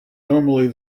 normally